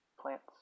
plants